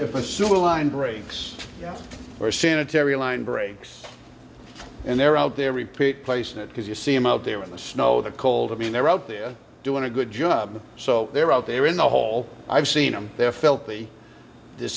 if a sewer line breaks or sanitary line breaks and they're out there repeat placement because you see i'm out there in the snow the cold i mean they're out there doing a good job so they're out there in the hole i've seen them they're filthy t